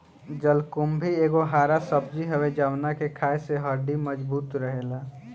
जलकुम्भी एगो हरा सब्जी हवे जवना के खाए से हड्डी मबजूत रहेला